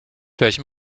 welchem